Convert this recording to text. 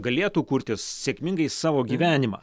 galėtų kurtis sėkmingai savo gyvenimą